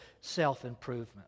self-improvement